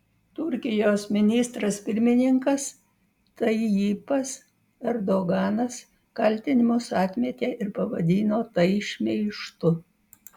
turkijos ministras pirmininkas tayyipas erdoganas kaltinimus atmetė ir pavadino tai šmeižtu